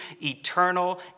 eternal